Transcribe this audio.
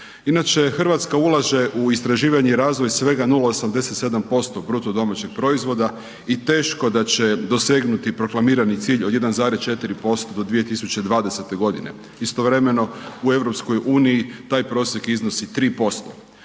Hrvatska ulaže u istraživanje i razvoj svega 0,87% BDP-a i teško da će dosegnuti proklamirani cilj od 1,4% do 2020. g. Istovremeno u EU, taj prosjek iznosi 3%.